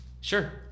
Sure